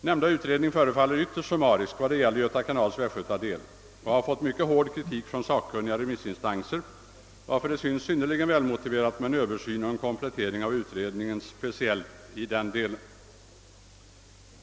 Nämnda utredning förefaller ytterst summarisk vad gäller Göta kanals västgötadel och har fått mycket hård kritik från sakkunniga remissinstanser, varför det synes välmotiverat med en översyn och komplettering av utredningen speciellt i denna del.